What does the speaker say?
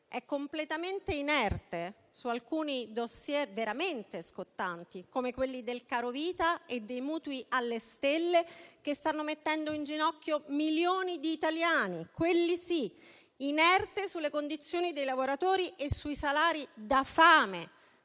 È completamente inerte su alcuni *dossier* veramente scottanti, come quelli del carovita e dei mutui alle stelle, che, quelli sì, stanno mettendo in ginocchio milioni di italiani; è inerte sulle condizioni dei lavoratori e sui salari da fame